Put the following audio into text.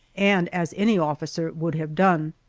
and as any officer would have done.